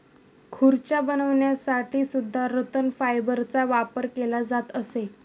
खुर्च्या बनवण्यासाठी सुद्धा रतन फायबरचा वापर केला जात असे